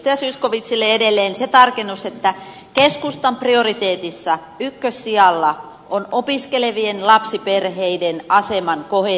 edustaja zyskowiczille edelleen se tarkennus että keskustan prioriteetissa ykkössijalla on opiskelevien lapsiperheiden aseman kohentaminen